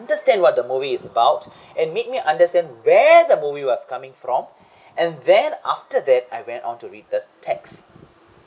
understand what the movie's about and make me understand where the movie was coming from and then after that I went all to read the text